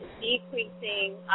decreasing